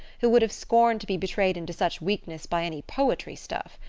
who would have scorned to be betrayed into such weakness by any poetry stuff.